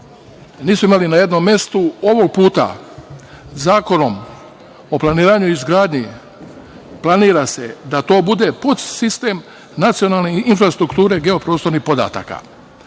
nismo imali na jednom mestu. Ovog puta Zakonom o planiranju i izgradnji planira se da to bude sistem nacionalne infrastrukture geoprostornih podataka.